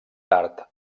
tard